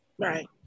Right